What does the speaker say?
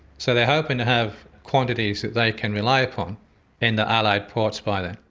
so they are hoping to have quantities that they can rely upon in the allied ports by then.